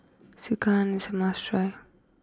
Sekihan is a must try